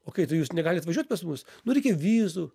okei tai jūs negalit važiuot pas mus nu reikia vizų